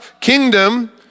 kingdom